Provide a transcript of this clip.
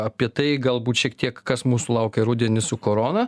apie tai galbūt šiek tiek kas mūsų laukia rudenį su korona